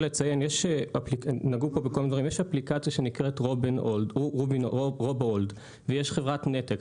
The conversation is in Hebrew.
יש אפליקציה שנקראת רובוהולד ויש חברת נתק.